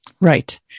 Right